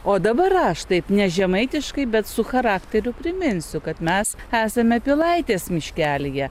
o dabar aš taip ne žemaitiškai bet su charakteriu priminsiu kad mes esame pilaitės miškelyje